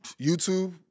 YouTube